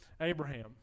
Abraham